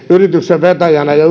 yrityksen vetäjänä ja